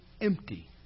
empty